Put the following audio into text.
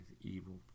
evil